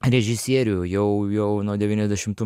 režisierių jau jau nuo devyniasdešimtų